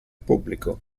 pubblico